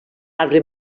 arbre